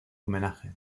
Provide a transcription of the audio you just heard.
homenaje